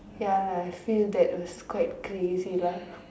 ya lah I feel that it's quite crazy lah